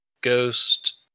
Ghost